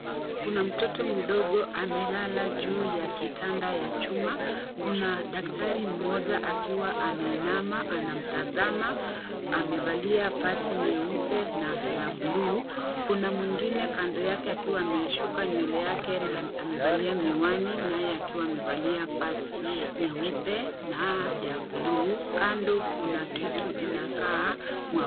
Kuna mtoto mdogo amelala juu ya kitanda ya chuma. Kuna daktari mmoja akiwa ameinama anamtazama. Amevalia vazi nyeupe na la bluu. Kuna mwengine kando yake akiwa ameshuka nywele yake na amevalia miwani naye akiwa amevalia vazi nyeupe na ya bluu. Kando kuna kitu inakaa mwavuli.